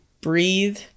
breathe